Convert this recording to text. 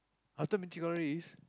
after Mythic-Glory is